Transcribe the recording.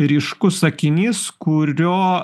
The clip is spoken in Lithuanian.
ryškus sakinys kurio